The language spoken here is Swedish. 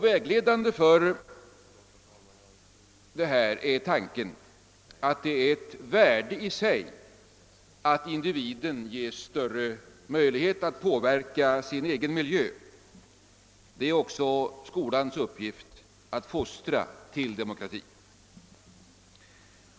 Vägledande är tanken att det är ett värde i sig att individen ges större möjlighet att påverka sin egen miljö. Det är också skolans uppgift att fostra till demokrati.